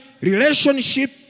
relationship